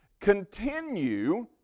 continue